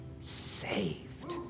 saved